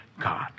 God